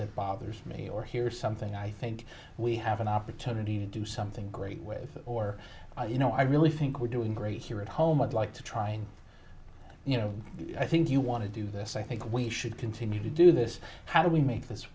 that bothers me or here's something i think we have an opportunity to do something great with or you know i really think we're doing great here at home i'd like to try you know i think you want to do this i think we should continue to do this how do we make this